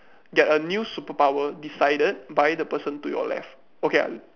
get a new superpower decided by the person to your left okay